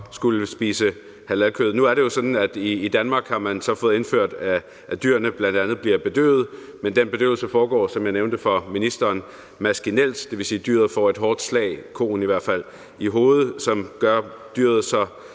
skulle spise halalkød. Nu er det jo sådan, at man i Danmark har fået indført, at dyrene bl.a. bliver bedøvet, men den bedøvelse foregår, som jeg nævnte for ministeren, maskinelt, og det vil sige, at dyret – i hvert fald koen – får et